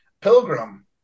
Pilgrim